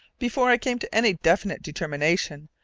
before i came to any definite determination,